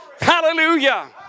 Hallelujah